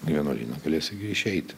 vienuolyną galėsi išeiti